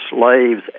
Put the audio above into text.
Slaves